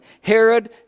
Herod